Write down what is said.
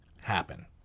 happen